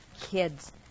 Kids